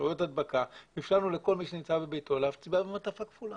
אפשרויות הדבקה ואפשרנו לכל מי שנמצא בביתו להצביע במעטפה כפולה.